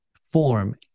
form